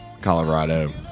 Colorado